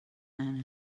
earn